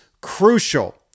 crucial